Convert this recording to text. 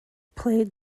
played